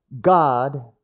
God